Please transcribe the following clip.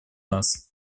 нас